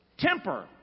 Temper